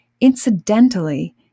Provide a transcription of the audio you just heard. Incidentally